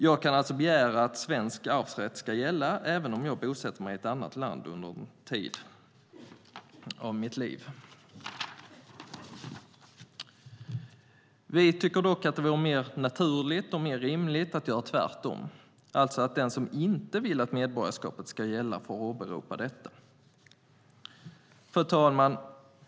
Jag kan alltså begära att svensk arvsrätt ska gälla, även om jag bosätter mig i ett annat land under en tid av mitt liv. Vi tycker dock att det vore mer naturligt och rimligt att göra tvärtom, alltså att den som inte vill att medborgarskapet ska gälla får åberopa detta. Fru talman!